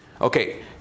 Okay